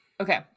okay